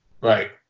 Right